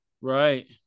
Right